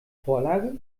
vorlage